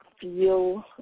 feel